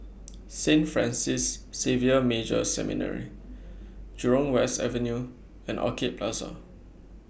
Saint Francis Xavier Major Seminary Jurong West Avenue and Orchid Plaza